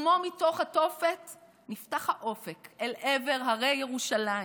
כמו מתוך התופת נפתח האופק אל עבר הרי ירושלים.